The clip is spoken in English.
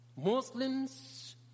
Muslims